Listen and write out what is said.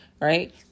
right